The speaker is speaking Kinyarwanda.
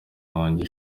wanjye